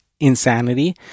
insanity